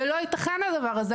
זה לא ייתכן הדבר הזה.